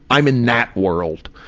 i'm in that world.